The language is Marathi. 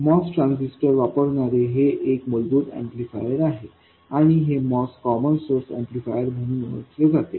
MOS ट्रान्झिस्टर वापरणारे हे एक मूलभूत ऍम्प्लिफायर आहे आणि हे MOS कॉमन सोर्स ऍम्प्लिफायर म्हणून ओळखले जाते